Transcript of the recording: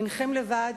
אינכם לבד.